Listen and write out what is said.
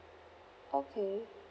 okay